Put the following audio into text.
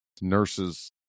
nurses